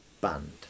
band